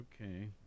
Okay